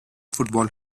football